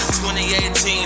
2018